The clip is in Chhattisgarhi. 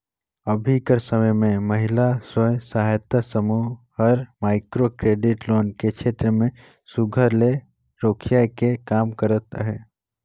अभीं कर समे में महिला स्व सहायता समूह हर माइक्रो क्रेडिट लोन के छेत्र में सुग्घर ले रोखियाए के काम करत अहे